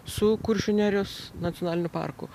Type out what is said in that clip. su kuršių nerijos nacionaliniu parku